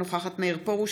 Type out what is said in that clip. אינה נוכחת מאיר פרוש,